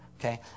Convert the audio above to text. okay